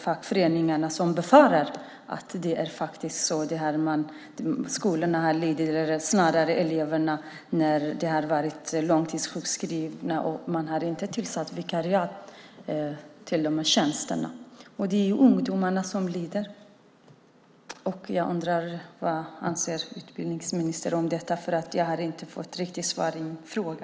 Fackföreningarna befarar att det faktiskt är så att eleverna har lidit när några har varit långtidssjukskrivna och man inte har tillsatt vikarier på de tjänsterna. Det är ju ungdomarna som lider. Jag undrar vad utbildningsministern anser om detta, för jag har inte fått något riktigt svar på min fråga.